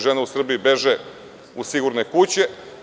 Žene u Srbiji beže u sigurne kuće.